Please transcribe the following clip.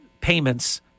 payments